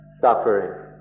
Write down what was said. suffering